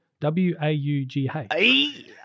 W-A-U-G-H